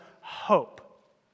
hope